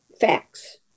facts